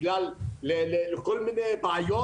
לשם כל מיני בעיות,